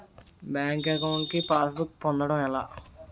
Bank account కి passbook పొందడం ఎలా?